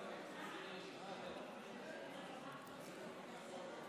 לשבת במקומכם.